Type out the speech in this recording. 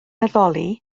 addoli